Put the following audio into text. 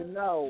no